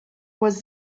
was